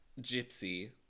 gypsy